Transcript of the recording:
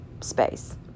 space